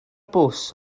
bws